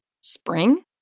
Spring